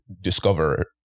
discover